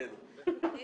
שאם